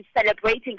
celebrating